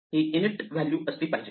ही init value असली पाहिजे